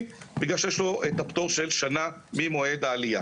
בגלל שיש לו את הפטור של שנה ממועד העלייה.